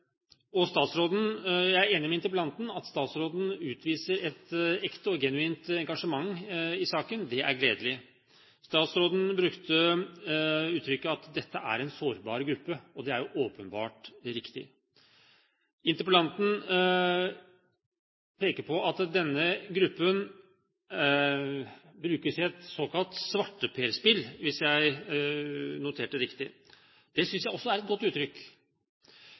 at statsråden utviser et ekte og genuint engasjement i saken. Det er gledelig. Statsråden brukte uttrykket at dette er en «sårbar gruppe», og det er åpenbart riktig. Interpellanten peker på at denne gruppen brukes i et såkalt svarteperspill – hvis jeg noterte riktig. Det synes jeg også er et godt uttrykk,